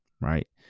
Right